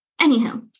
Anyhow